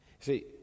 See